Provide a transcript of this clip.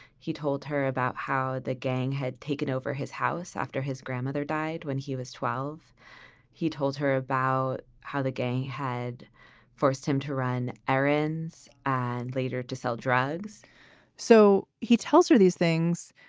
he told her about how the gang had taken over his house after his grandmother died when he was twelve he told her about how the game had forced him to run errands and later to sell drugs so he tells her these things,